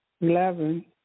eleven